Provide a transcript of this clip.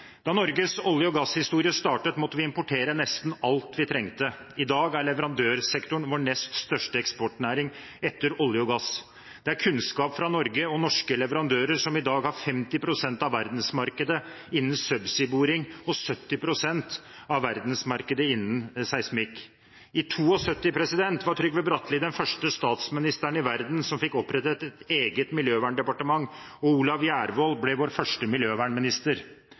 Da Norges olje- og gasshistorie startet, måtte vi importere nesten alt vi trengte. I dag er leverandørsektoren vår nest største transportnæring, etter olje og gass. Det er kunnskap fra Norge og norske leverandører som i dag har 50 pst. av verdensmarkedet innen subseaboring og 70 pst. av verdensmarkedet innen seismikk. I 1972 var Trygve Bratteli den første statsministeren i verden som fikk opprettet et eget miljøverndepartement. Olav Gjærevoll ble vår første miljøvernminister.